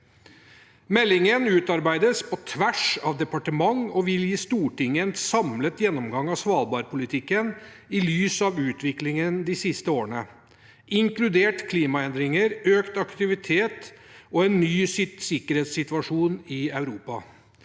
Meldingen utarbeides på tvers av departement og vil gi Stortinget en samlet gjennomgang av svalbardpolitikken i lys av utviklingen de siste årene, inkludert klimaendringer, økt aktivitet og en ny sikkerhetssituasjon i Europa.